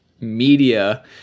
media